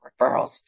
referrals